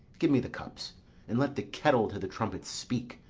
give me the cups and let the kettle to the trumpet speak,